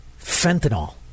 fentanyl